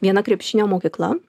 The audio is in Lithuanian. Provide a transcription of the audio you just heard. viena krepšinio mokykla